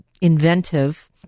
inventive